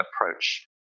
approach